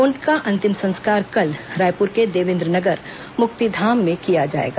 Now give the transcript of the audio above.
उनका अंतिम संस्कार कल रायपुर के देवेन्द्र नगर मुक्तिधाम में किया जाएगा